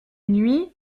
nuits